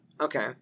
Okay